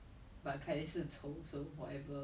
there must be like someone else that make you feel like hor